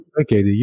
Okay